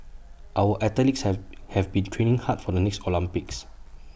our athletes have have been training hard for the next Olympics